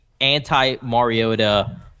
anti-Mariota